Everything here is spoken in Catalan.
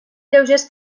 lleugers